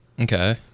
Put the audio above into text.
okay